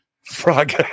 Frog